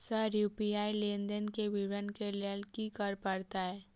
Sir UPI लेनदेन केँ विवरण केँ लेल की करऽ परतै?